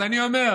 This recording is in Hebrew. אז אני אומר,